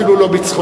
אפילו לא בצחוק.